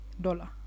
dollar